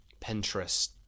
pinterest